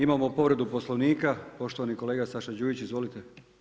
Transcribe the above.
Imamo povredu Poslovnika, poštovani kolega Saša Đujić, izvlite.